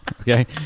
okay